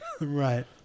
Right